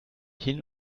hin